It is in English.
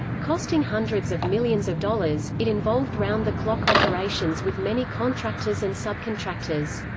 costing hundreds of millions of dollars, it involved round-the-clock operations with many contractors and subcontractors.